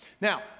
Now